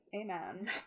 Amen